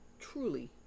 truly